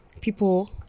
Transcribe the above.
people